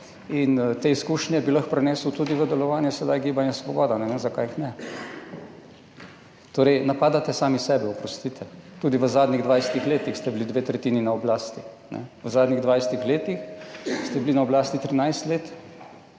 in te izkušnje bi lahko sedaj prenesel tudi v delovanje Gibanja Svoboda, ne vem, zakaj jih ne. Torej, napadate sami sebe, oprostite. Tudi v zadnjih 20 letih ste bili dve tretjini na oblasti. V zadnjih 20 letih ste bili na oblasti 13 let,